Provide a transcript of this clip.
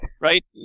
right